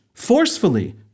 forcefully